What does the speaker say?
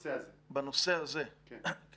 בנושא הזה, כן.